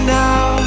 now